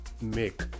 make